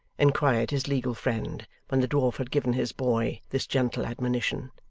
inquired his legal friend, when the dwarf had given his boy this gentle admonition.